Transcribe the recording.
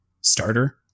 starter